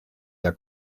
der